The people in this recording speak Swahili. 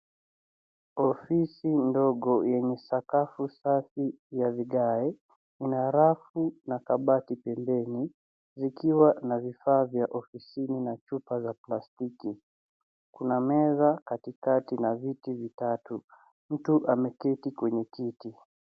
Ofisi ndogo yenye sakafu safi ya vigae, ina rafu na kabati pembeni , zikiwa na vifaa vya ofisini na chupa za plastiki. Kuna meza katikati na viti vitatu . Mtu ameketi kwenye kiti.